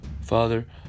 Father